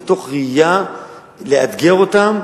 מתוך ראייה לאתגר אותם,